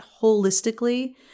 holistically